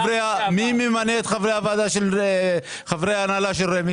מי ממנה את חברי ההנהלה של רמ"י?